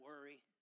worry